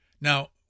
now